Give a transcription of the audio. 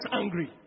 angry